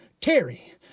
Terry